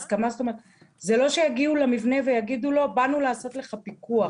זה לא שיגיעו למבנה ויגידו לו: באנו לעשות לך פיקוח.